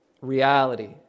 reality